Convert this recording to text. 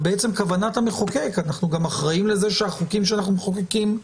ובעצם כוונת המחוקק אנחנו גם אחראים לזה שהחוקים שאנחנו מחוקקים,